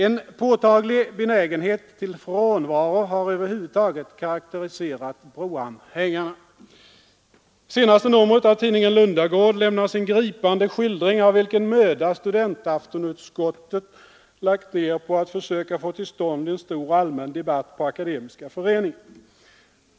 En påtaglig benägenhet till frånvaro har över huvud taget karakteriserat broanhängarna. I det senaste numret av tidningen Lundagård lämnas en gripande skildring av vilken möda studentaftonutskottet lagt ner på att försöka få till stånd en stor allmän debatt på Akademiska föreningen.